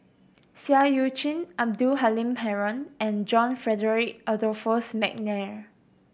Seah Eu Chin Abdul Halim Haron and John Frederick Adolphus McNair